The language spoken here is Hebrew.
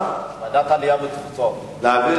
השר